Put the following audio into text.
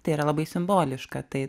tai yra labai simboliška tai